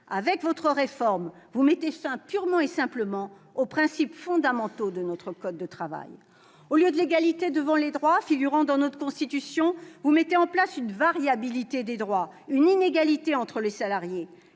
Avec votre réforme, vous abrogez purement et simplement les principes fondamentaux de notre code du travail. Au lieu de l'égalité devant les droits, inscrite dans notre Constitution, vous mettez en place une variabilité des droits, une inégalité entre les salariés.